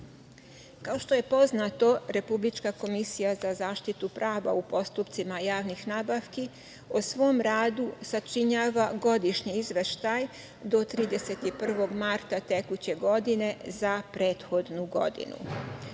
što je poznato, republička Komisija za zaštitu prava u postupcima javnih nabavki o svom radu sačinjava godišnji izveštaj do 31. marta tekuće godine za prethodnu godinu. Prema